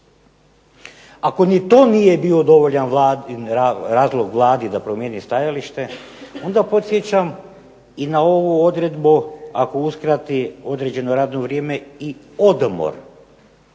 Ako ni to nije bio dovoljan razlog Vladi da promijeni stajalište onda podsjećam i na ovu odredbu ako uskrati određeno radno vrijeme i odmor